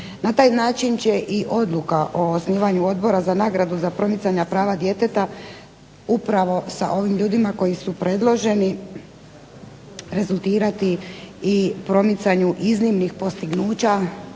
Na taj način će i odluka o osnivanju odbora za nagradu za promicanja prava djeteta upravo sa ovim ljudima koji su predloženi rezultirati i promicanju iznimnih dostignuća